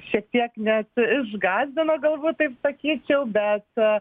šiek tiek net išgąsdino galbūt taip sakyčiau bet